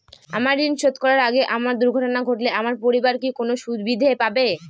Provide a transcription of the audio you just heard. আমার ঋণ শোধ করার আগে আমার দুর্ঘটনা ঘটলে আমার পরিবার কি কোনো সুবিধে পাবে?